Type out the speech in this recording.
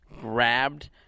grabbed